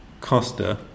Costa